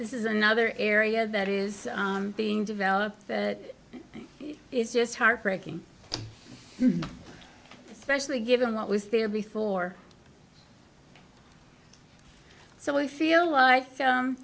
this is another area that is being developed is just heartbreaking specially given what was there before so we feel like